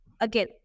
Again